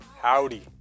Howdy